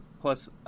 plus